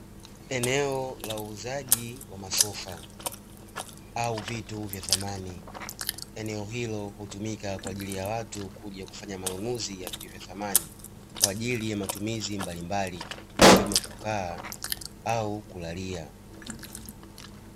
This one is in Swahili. Eneo la uuzaji wa masofa au vitu vya samani. Eneo hilo hutumika kwa ajili ya watu kuja kufanya manunuzi ya vitu vya samani kwa ajili ya matumizi mbalimbali, ikiwemo kukaa au kulalia.